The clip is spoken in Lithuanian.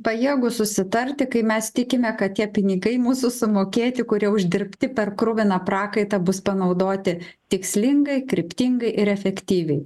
pajėgūs susitarti kai mes tikime kad tie pinigai mūsų sumokėti kurie uždirbti per kruviną prakaitą bus panaudoti tikslingai kryptingai ir efektyviai